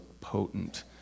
potent